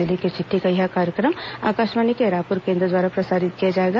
जिले की चिट्ठी का यह कार्यक्रम आकाशवाणी के रायपुर केंद्र द्वारा प्रसारित किया जाएगा